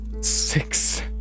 Six